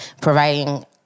providing